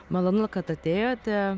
malonu kad atėjote